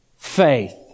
faith